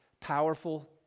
powerful